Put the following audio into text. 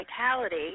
vitality